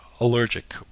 allergic